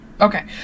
Okay